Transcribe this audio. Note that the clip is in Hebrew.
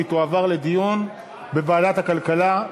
והיא תועבר לדיון בוועדת הכלכלה.